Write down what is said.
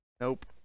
Nope